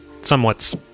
Somewhat